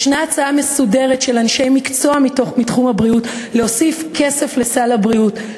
יש הצעה מסודרת של אנשי מקצוע מתחום הבריאות להוסיף כסף לסל הבריאות.